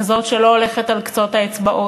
כזאת שלא הולכת על קצות האצבעות,